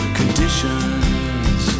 conditions